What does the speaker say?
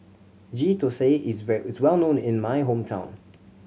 Ghee Thosai is were is well known in my hometown